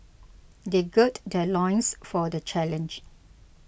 they gird their loins for the challenge